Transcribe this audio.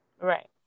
Right